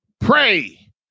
pray